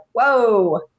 whoa